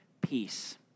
peace